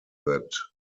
that